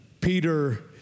PETER